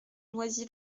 noisy